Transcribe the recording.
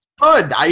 Good